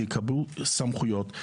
יקבלו סמכויות.